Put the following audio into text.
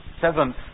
seventh